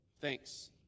Thanks